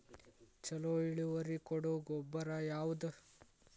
ಛಲೋ ಇಳುವರಿ ಕೊಡೊ ಗೊಬ್ಬರ ಯಾವ್ದ್?